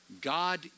God